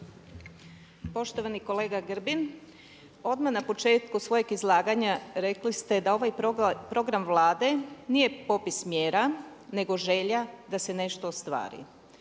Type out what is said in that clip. Poštovani kolega Grbin odmah na početku svojeg izlaganja rekli ste da ovaj program Vlade nije popis mjera nego želja da se nešto ostvari.